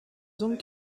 donc